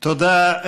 תודה.